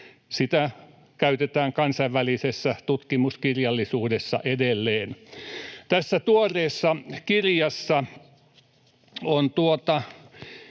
being” käytetään kansainvälisessä tutkimuskirjallisuudessa edelleen. Tässä tuoreessa kirjassa on